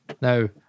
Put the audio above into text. Now